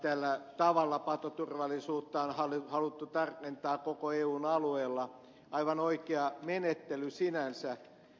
tällä tavalla patoturvallisuutta on haluttu tarkentaa koko eun alueella aivan oikea menettely sinänsä